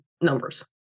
numbers